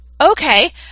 okay